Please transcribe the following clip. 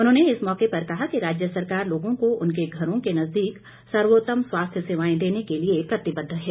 उन्होंने इस मौके पर कहा कि राज्य सरकार लोगों को उनके घरों के नजदीक सर्वोत्म स्वास्थ्य सेवाएं देने के लिए प्रतिबद्ध है